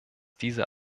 diese